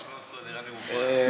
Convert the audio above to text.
13 נראה לי מופרך.